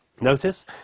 Notice